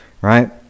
right